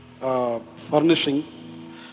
furnishing